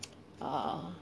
err